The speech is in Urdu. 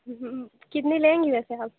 کتنی لیں گی ویسے آپ